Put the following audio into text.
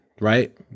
right